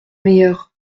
meilleure